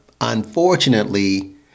unfortunately